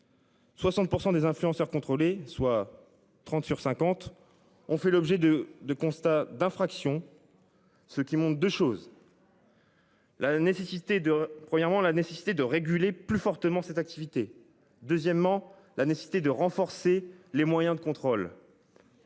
60% des influenceurs contrôlé soit. 30 sur 50 ont fait l'objet de 2 constats d'infraction. Ce qui monte de choses. La nécessité de premièrement la nécessité de réguler plus fortement cette activité. Deuxièmement, la nécessité de renforcer les moyens de contrôle.